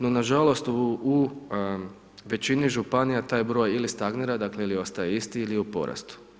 No nažalost u većini županija taj broj ili stagnira, dakle ili ostaje isti ili je u porastu.